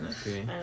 Okay